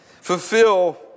fulfill